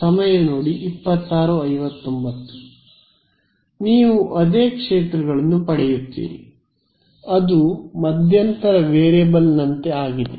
ವಿದ್ಯಾರ್ಥಿ ನೀವು ಅದೇ ಕ್ಷೇತ್ರಗಳನ್ನು ಪಡೆಯುತ್ತೀರಿ ಅದು ಮಧ್ಯಂತರ ವೇರಿಯೇಬಲ್ನಂತೆ ಆಗಿದೆ